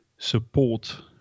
Support